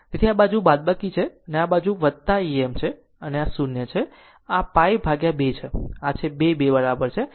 તેથી આ બાજુ બાદબાકી છે આ બાજુ Em છે અને આ 0 છે આ π 2 છે આ છે આ 2 2 બરાબર છે